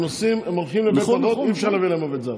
הם הולכים לבית אבות, אי-אפשר להביא להם עובד זר.